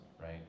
right